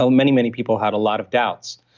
um many, many people had a lot of doubts.